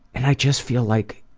and i just feel like,